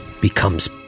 becomes